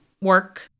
work